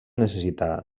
necessitar